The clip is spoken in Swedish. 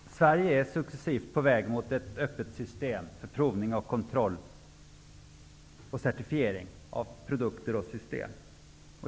Fru talman! Sverige är successivt på väg mot ett öppet system för provning, kontroll och certifiering av produkter och system.